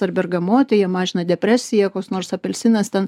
ar bergamotė jie mažina depresiją koks nors apelsinas ten